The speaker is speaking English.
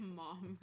mom